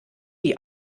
die